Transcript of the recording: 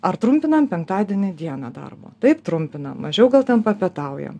ar trumpinam penktadienį dieną darbo taip trumpinam mažiau gal ten papietaujam